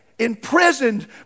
imprisoned